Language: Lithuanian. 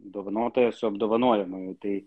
dovanotoją su apdovanojamuoju tai